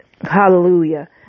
Hallelujah